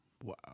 Wow